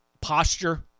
posture